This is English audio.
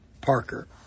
Parker